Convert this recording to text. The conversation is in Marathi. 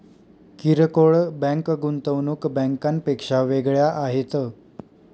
किरकोळ बँका गुंतवणूक बँकांपेक्षा वेगळ्या आहेत